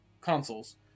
consoles